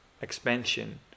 expansion